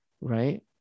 right